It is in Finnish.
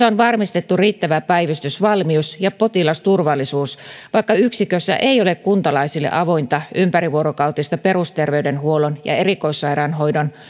on varmistettu riittävä päivystysvalmius ja potilasturvallisuus vaikka yksikössä ei ole kuntalaisille avointa ympärivuorokautista perusterveydenhuollon ja erikoissairaanhoidon